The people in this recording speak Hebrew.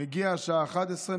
הגיעה השעה 11:00,